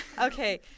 okay